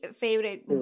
favorite